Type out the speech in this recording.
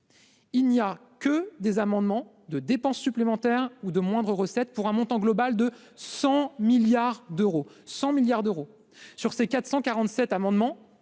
Il n'y a que des amendements de dépenses supplémentaires ou de moindres recettes pour un montant global de 100 milliards d'euros, 100 milliards d'euros sur ces 447 amendements,